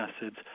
acids